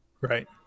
Right